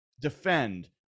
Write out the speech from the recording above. defend